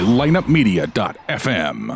lineupmedia.fm